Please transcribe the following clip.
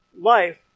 life